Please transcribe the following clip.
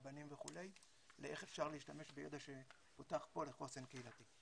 רבנים וכו' לאיך אפשר להשתמש בידע שפותח פה לחוסן קהילתי.